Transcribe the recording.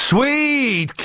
Sweet